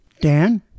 Dan